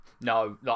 No